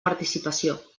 participació